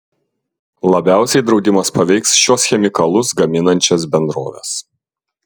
labiausiai draudimas paveiks šiuos chemikalus gaminančias bendroves